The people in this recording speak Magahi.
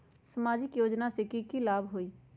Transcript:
सामाजिक योजना से की की लाभ होई?